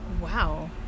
Wow